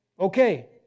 Okay